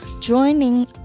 Joining